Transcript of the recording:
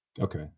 Okay